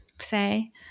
say